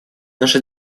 наша